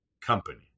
company